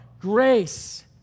grace